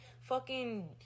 fucking-